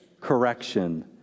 Correction